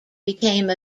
became